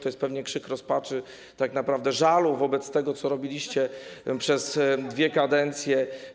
To jest pewnie krzyk rozpaczy, tak naprawdę żalu wobec tego, co robiliście przez dwie kadencje.